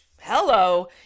Hello